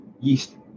Yeast